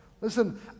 Listen